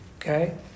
okay